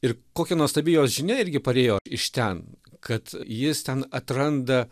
ir kokia nuostabi jo žinia irgi parėjo iš ten kad jis ten atranda